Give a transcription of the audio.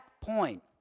point